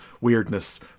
weirdness